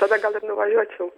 tada gal ir nevažiuočiau